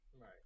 Right